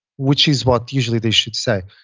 which is what usually they should say.